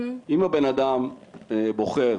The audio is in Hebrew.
אם הבנאדם בוחר